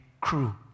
Crew